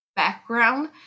background